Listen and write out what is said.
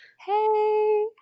hey